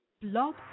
Blog